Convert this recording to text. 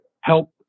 help